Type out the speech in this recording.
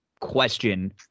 question